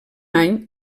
any